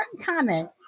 comment